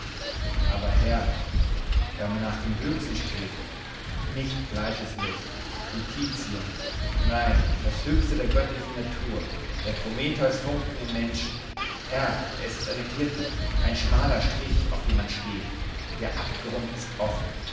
aber herr wenn man nach dem höchsten strebt nicht fleischeslust wie tizian nein das höchste der göttlichen natur der prometheusfunken im menschen herr es ist eine klippe ein schmaler strich auf dem man steht der abgrund ist offen